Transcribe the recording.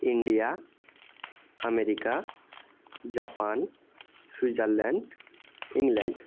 India America Japan Switzerland England